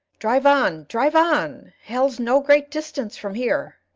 drive on! drive on! hell's no great distance from here!